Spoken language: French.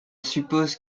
suppose